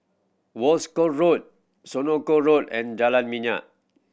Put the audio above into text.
Wolskel Road Senoko Road and Jalan Minyak